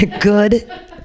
Good